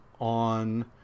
on